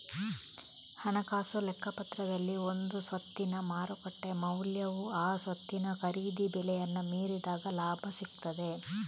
ಹಣಕಾಸು ಲೆಕ್ಕಪತ್ರದಲ್ಲಿ ಒಂದು ಸ್ವತ್ತಿನ ಮಾರುಕಟ್ಟೆ ಮೌಲ್ಯವು ಆ ಸ್ವತ್ತಿನ ಖರೀದಿ ಬೆಲೆಯನ್ನ ಮೀರಿದಾಗ ಲಾಭ ಸಿಗ್ತದೆ